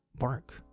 work